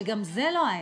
שגם זה לא היה,